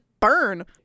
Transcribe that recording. burn